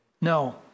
No